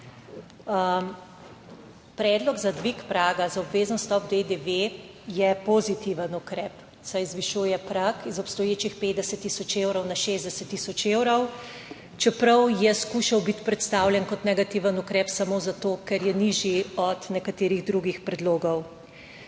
Predlog za dvig praga za obvezen vstop DDV je pozitiven ukrep, saj zvišuje prag iz obstoječih 50 tisoč evrov na 60 tisoč evrov, čeprav je skušal biti predstavljen kot negativen ukrep samo zato, ker je nižji od nekaterih drugih predlogov.